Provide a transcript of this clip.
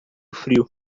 frio